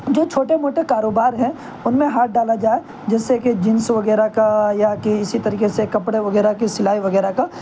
جو چھوٹے موٹے کاروبار ہیں ان میں ہاتھ ڈالا جائے جیسے کہ جینس وغیرہ کا یا کہ اسی طریقے سے کپڑے وغیرہ کی سلائی وغیرہ کا